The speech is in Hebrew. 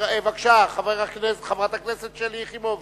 בבקשה, חברת הכנסת שלי יחימוביץ.